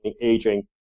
aging